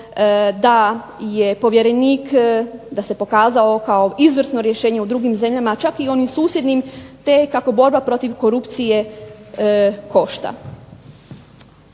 da je povjerenik, da se pokazao kao izvrsno rješenje u drugim zemljama, čak i onim susjednim, te kako borba protiv korupcije košta.